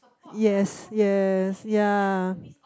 yes yes ya